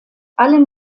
allen